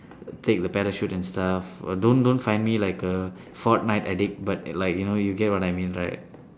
take the parachute and stuff don't don't find me like a fortnight addict but like you know you get what I mean right